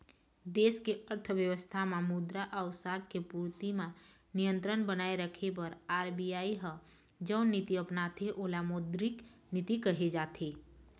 देस के अर्थबेवस्था म मुद्रा अउ साख के पूरति म नियंत्रन बनाए रखे बर आर.बी.आई ह जउन नीति अपनाथे ओला मौद्रिक नीति कहे जाथे